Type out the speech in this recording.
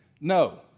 No